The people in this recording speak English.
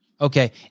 Okay